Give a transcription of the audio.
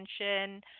attention